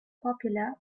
popular